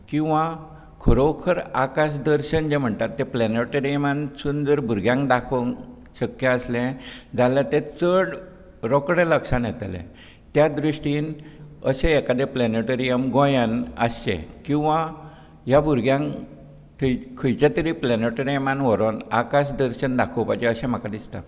किंवा खरोखर आकाश दर्शन जें म्हणटा तें प्लॅनेटरोयमांतसून भुरग्यांक दाखोवंक शक्य आसलें जाल्यार तें चड रोखडें लक्षांत येतलें त्या दृश्टीन अशें एकादें प्लॅनेटोरीयम गोंयांत आसचें किंवां ह्या भुरग्यांक खंयच्या तरी प्लॅनेटरोयमांत व्होरोन आकाश दर्शन दाखोवपाचें अशें म्हाका दिसता